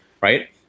right